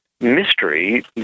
mystery